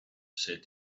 said